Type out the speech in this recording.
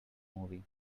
movie